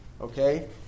Okay